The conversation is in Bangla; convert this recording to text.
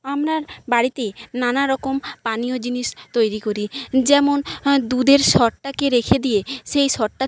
আপনার বাড়িতেই নানা রকম পানীয় জিনিস তৈরি করি যেমন দুধের সরটাকে রেখে দিয়ে সেই সরটা